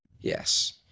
Yes